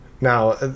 Now